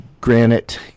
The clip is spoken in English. granite